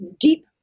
deep